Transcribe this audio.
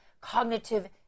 cognitive